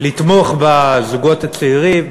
לתמוך בזוגות הצעירים,